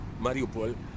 Mariupol